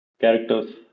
characters